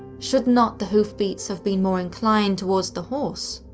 should not the hoofbeats have been more inclined towards the horse.